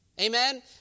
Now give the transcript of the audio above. Amen